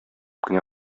кенә